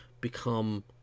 become